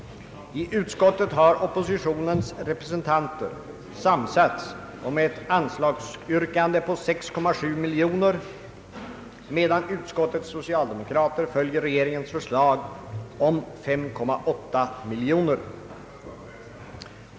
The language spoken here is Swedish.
I utskottet har oppositionens representanter samsats om ett anslagsyrkande på 6,7 miljoner kronor, medan utskottets socialdemokrater följer regeringens förslag om 5,8 miljoner.